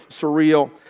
surreal